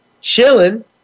chilling